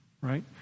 right